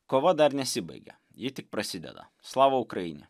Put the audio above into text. kova dar nesibaigė ji tik prasideda slava ukrainie